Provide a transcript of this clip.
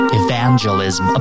evangelism